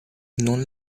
non